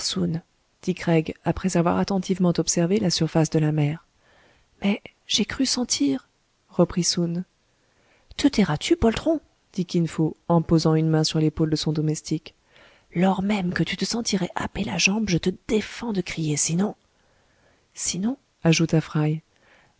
après avoir attentivement observé la surface de la mer mais j'ai cru sentir reprit soun te tairas-tu poltron dit kin fo en posant une main sur l'épaule de son domestique lors même que tu te sentirais happer la jambe je te défends de crier sinon sinon ajouta fry